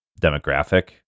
demographic